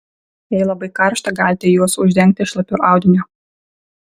jei labai karšta galite juos uždengti šlapiu audiniu